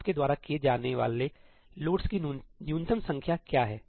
आपके द्वारा किए जाने वाले लोडस की न्यूनतम संख्या क्या है